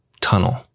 tunnel